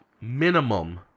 minimum